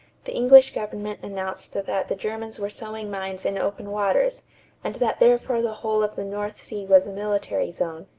the english government announced that the germans wore sowing mines in open waters and that therefore the whole of the north sea was a military zone.